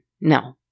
No